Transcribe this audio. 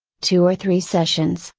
two or three sessions,